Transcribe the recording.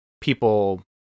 people